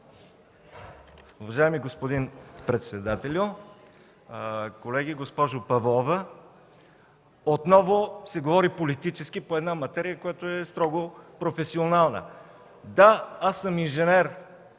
Уважаеми господин председател, колеги! Госпожо Павлова, отново се говори политически по една материя, която е строго професионална. Да, аз съм инженер